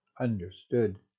understood